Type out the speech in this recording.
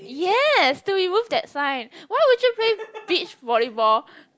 yes so we moved that sign why would you play beach volleyball